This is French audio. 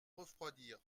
refroidir